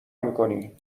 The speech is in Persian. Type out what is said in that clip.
میکنی